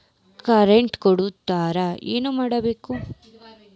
Card ಕಳ್ಕೊಂಡ್ರ ಏನ್ ಮಾಡಬೇಕು?